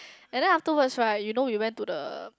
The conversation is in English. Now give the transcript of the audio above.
and then afterwards right you know your went to the